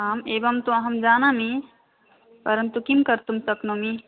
आम् एवं तु अहं जानामि परन्तु किं कर्तुं शक्नोमि